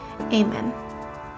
Amen